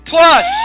Plus